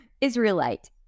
Israelite